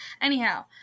Anyhow